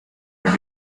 may